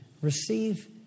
receive